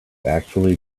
actually